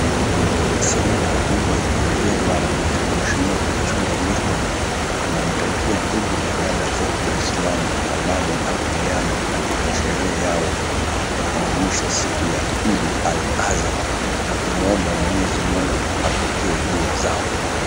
Seneta wa Jimbo la Elgeyo Marakwet Mheshimiwa Kipchumba Murkomen anawatakia ndugu na dada zetu waislamu amani na uliano katika sherehe yao ya kuadhimisha siku ya Idd Al Azar kumuomba mwenyezi Mungu apokee Dua zao.